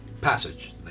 Passage